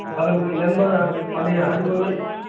ᱛᱟᱦᱞᱮᱢ ᱢᱮᱱᱫᱟ ᱦᱟᱸᱹᱰᱤ ᱯᱟᱹᱣᱨᱟᱹ